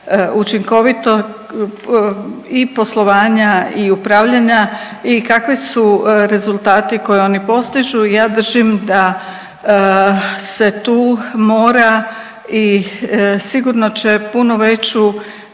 učinkovito i poslovanja i upravljanja i kakvi su rezultati koje oni postižu, ja držim da se tu mora i sigurno će puno veću,